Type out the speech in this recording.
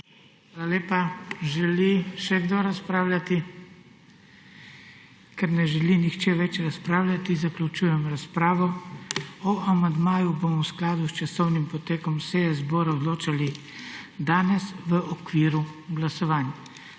Hvala lepa. Želi še kdo razpravljati? Ker ne želi nihče več razpravljati, zaključujem razpravo. O amandmaju bomo v skladu s časovnim potekom seje zbora odločali danes v okviru glasovanj.